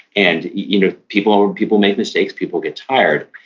and you know people people make mistakes. people get tired.